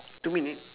two minute